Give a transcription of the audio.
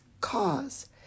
cause